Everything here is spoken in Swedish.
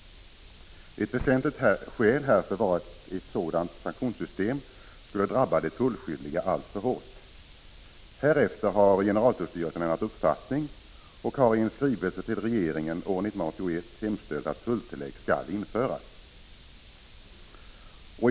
Ett väsentligt skäl härför var att ett sådant sanktionssystem skulle drabba de tullskyldiga alltför hårt. Härefter har generaltullstyrelsen ändrat uppfattning och har i en skrivelse till regeringen år 1981 hemställt att tulltillägg skall införas.